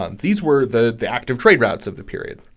ah these were the the active trade routes of the period.